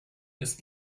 ist